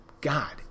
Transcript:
God